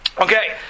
Okay